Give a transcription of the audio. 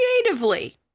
creatively